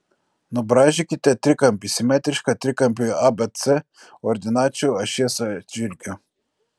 nubraižykite trikampį simetrišką trikampiui abc ordinačių ašies atžvilgiu